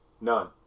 none